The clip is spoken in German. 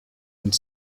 und